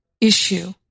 issue